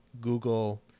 Google